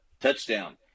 touchdown